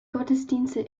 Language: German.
gottesdienste